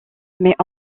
mais